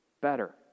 better